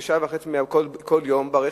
או שעה וחצי כל יום ברכב,